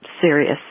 serious